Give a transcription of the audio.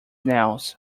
nails